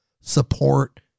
support